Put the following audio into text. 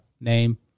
name